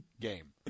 game